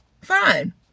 fine